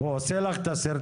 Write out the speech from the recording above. הוא עושה לך את הסרטון,